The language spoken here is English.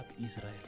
Israel